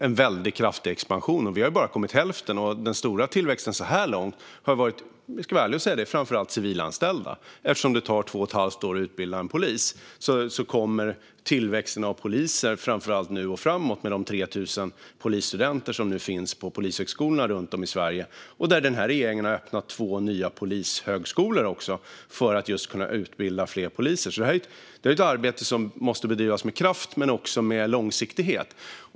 Det är en kraftig expansion, och vi har bara kommit halvvägs. Den stora tillväxten så här långt, ska jag vara ärlig och säga, har varit bland civilanställda. Eftersom det tar två och ett halvt år att utbilda en polis kommer tillväxten av poliser framför allt nu och framåt med de 3 000 polisstudenter som nu finns på polishögskolorna runt om i Sverige. Den här regeringen har också öppnat två nya polishögskolor för att kunna utbilda fler poliser. Det här är ett arbete som måste bedrivas med kraft men också med långsiktighet.